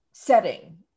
setting